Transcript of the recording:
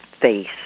face